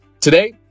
Today